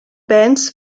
bands